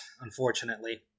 unfortunately